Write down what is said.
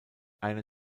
einer